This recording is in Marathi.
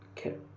खेळ